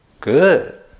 Good